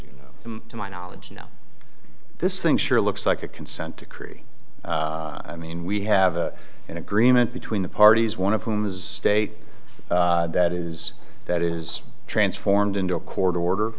you know to my knowledge no this thing sure looks like a consent decree i mean we have an agreement between the parties one of whom is state that is that is transformed into a court order